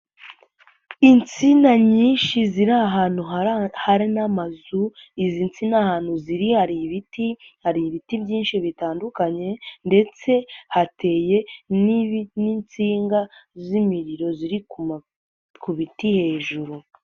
Insina nyinshi ziri ahantu hari n'amazu, izi nsina ahantu ziri hari ibiti hari ibiti byinshi bitandukanye ndetse hateye n'insinga z'imiriro ziri ku biti hejuru.